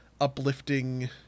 uplifting